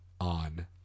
on